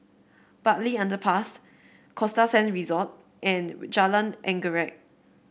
Bartley Underpass Costa Sand Resort and Jalan Anggerek